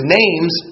names